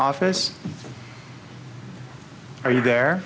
office are you there